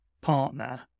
partner